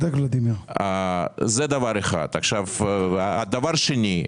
דבר שני.